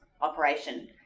operation